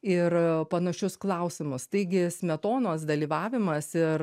ir panašius klausimus taigi smetonos dalyvavimas ir